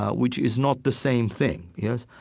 ah which is not the same thing. yes?